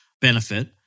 benefit